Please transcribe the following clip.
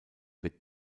wird